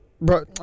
Bro